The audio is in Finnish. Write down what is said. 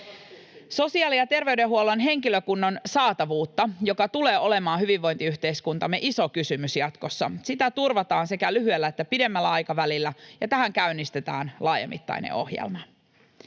Sosiaali- ja terveydenhuollon henkilökunnan saatavuutta, joka tulee olemaan hyvinvointiyhteiskuntamme iso kysymys jatkossa, turvataan sekä lyhyellä että pidemmällä aikavälillä, ja tähän käynnistetään laajamittainen ohjelma.